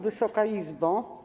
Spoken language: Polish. Wysoka Izbo!